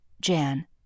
Jan